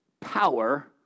power